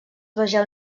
vegeu